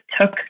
took